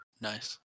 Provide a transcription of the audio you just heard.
Nice